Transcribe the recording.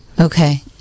Okay